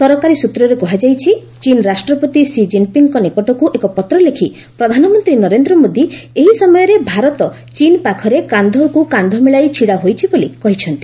ସରକାରୀ ସ୍ବତ୍ରରେ କୁହାଯାଇଛି ଚୀନ ରାଷ୍ଟ୍ରପତି ସି ଜିନ୍ପିଙ୍ଗ୍ଙ୍କ ନିକଟକୁ ଏକ ପତ୍ର ଲେଖି ପ୍ରଧାନମନ୍ତ୍ରୀ ନରେନ୍ଦ୍ର ମୋଦି ଏହି ସମୟରେ ଭାରତ ଚୀନ ପାଖରେ କାନ୍ଧକୁ କାନ୍ଧ ମିଳାଇ ଛିଡ଼ା ହୋଇଛି ବୋଲି କହିଛନ୍ତି